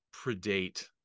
predate